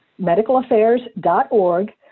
medicalaffairs.org